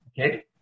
okay